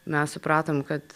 mes supratom kad